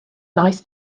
nice